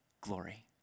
glory